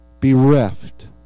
bereft